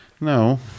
No